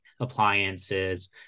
appliances